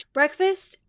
breakfast